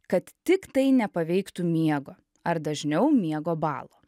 kad tik tai nepaveiktų miego ar dažniau miego balo